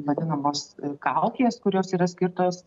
vadinamos kaukės kurios yra skirtos